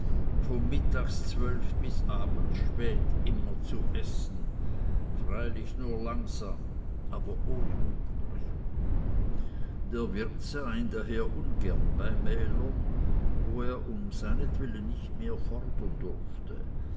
von mittags zwölf bis abends spät immer zu essen freilich nur langsam aber ohne unterbrechung der wirt sah ihn daher ungern bei mählern wo er um seinetwillen nicht mehr fordern durfte